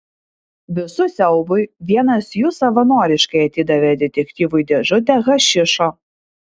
visų siaubui vienas jų savanoriškai atidavė detektyvui dėžutę hašišo